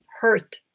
hurt